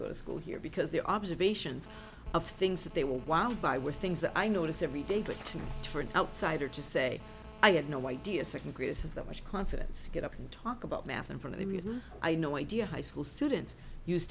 go to school here because their observations of things that they were while by were things that i notice every day but for an outsider to say i had no idea second graders has that much confidence to get up and talk about math and from that i no idea high school students use